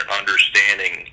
understanding